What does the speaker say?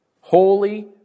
holy